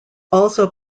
also